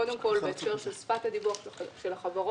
קודם כול בהקשר של שפת הדיווח של החברות.